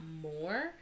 more